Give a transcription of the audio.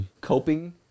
coping